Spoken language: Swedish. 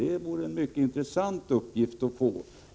Det vore en mycket intressant uppgift att få.